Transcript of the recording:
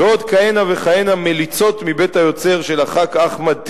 "ועוד כהנה וכהנה מליצות מבית היוצר של חבר הכנסת אחמד טיבי".